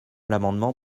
l’amendement